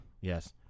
Yes